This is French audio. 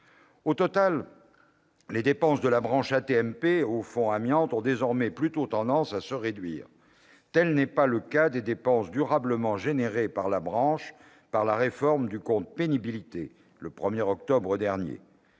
Au total, les dépenses de la branche AT-MP au titre des fonds Amiante ont désormais plutôt tendance à diminuer. Tel n'est pas le cas des dépenses durablement générées pour la branche par la réforme du compte pénibilité, le 1 octobre dernier.